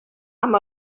amb